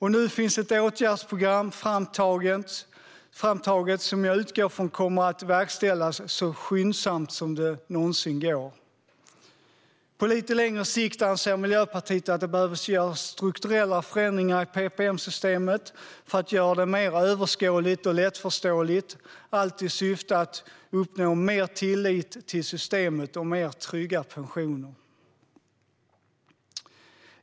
Nu finns ett åtgärdsprogram framtaget som jag utgår från kommer att verkställas så skyndsamt som det någonsin går. Miljöpartiet anser att det på lite längre sikt behöver göras strukturella förändringar i PPM-systemet för att göra det mer överskådligt och lättförståeligt, allt i syfte att uppnå mer tillit till systemet och tryggare pensioner.